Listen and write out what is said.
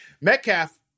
Metcalf